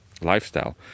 lifestyle